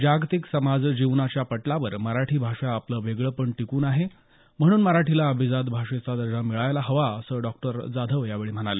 जागतिक समाजजीवनाच्या पटलावर मराठी भाषा आपलं वेगळेपण टिकवून आहे म्हणून मराठीला अभिजात भाषेचा दर्जा मिळायला हवा असं डॉ जाधव यावेळी म्हणाले